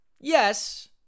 Yes